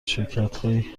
شرکتهایی